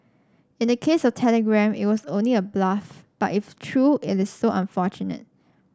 in the case of Telegram it was only a bluff but if true it is so unfortunate